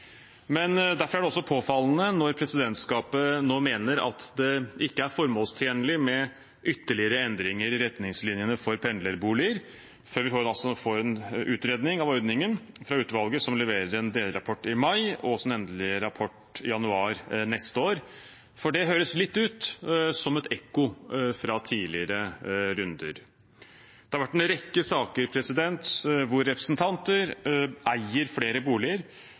Derfor er det også påfallende når presidentskapet nå mener at det ikke er formålstjenlig med ytterligere endringer i retningslinjene for pendlerbolig før vi får en utredning av ordningen fra utvalget som leverer en delrapport i mai og sin endelige rapport i januar neste år, for det høres litt ut som et ekko fra tidligere runder. Det har vært en rekke saker hvor representanter eier flere boliger